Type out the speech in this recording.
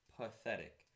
pathetic